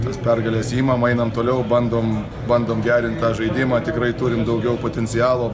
tas pergales imam einam toliau bandom bandom gerint tą žaidimą tikrai turim daugiau potencialo